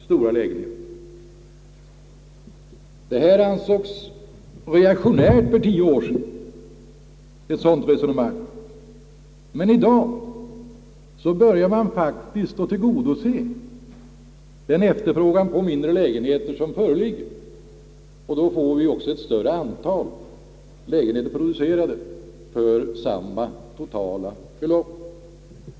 Ett sådant resonemang ansågs reaktionärt för tio år sedan, men i dag börjar man faktiskt tillgodose den efterfrågan på mindre lägenheter som föreligger. På det sättet får vi ett större antal lägenheter producerat för samma totalbelopp.